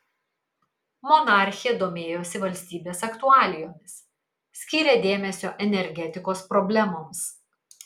monarchė domėjosi valstybės aktualijomis skyrė dėmesio energetikos problemoms